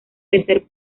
tercer